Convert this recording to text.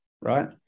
right